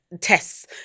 tests